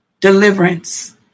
Deliverance